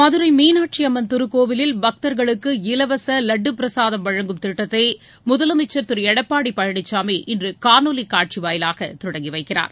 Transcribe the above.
மதுரை மீனாட்சி அம்மன் திருக்கோவிலில் பக்தர்களுக்கு இலவச வட்டு பிரசாதம் வழங்கும் திட்டத்தை முதலமைச்சர் திரு எடப்பாடி பழனிசாமி இன்று காணொலி காட்சி வாயிலாக தொடங்கி வைக்கிறார்